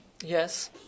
Yes